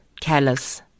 callous